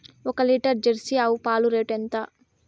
ఒక litre Jersey ఆవు పాలు రేటు ఎంత?